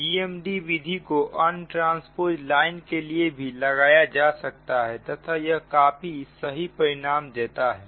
GMD विधि को untranspose line के लिए भी लगाया जा सकता है तथा यह काफी सही परिणाम देता है